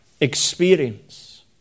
experience